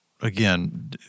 again